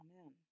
Amen